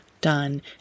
done